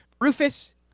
Rufus